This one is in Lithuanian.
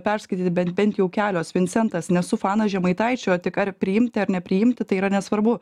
perskaityti bet bent jau kelios vincentas nesu fanas žemaitaičio tik ar priimti ar nepriimti tai yra nesvarbu